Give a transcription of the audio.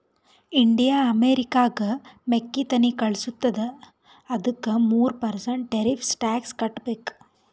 India ಅಮೆರಿಕಾಗ್ ಮೆಕ್ಕಿತೆನ್ನಿ ಕಳುಸತ್ತುದ ಅದ್ದುಕ ಮೂರ ಪರ್ಸೆಂಟ್ ಟೆರಿಫ್ಸ್ ಟ್ಯಾಕ್ಸ್ ಕಟ್ಟಬೇಕ್